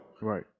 right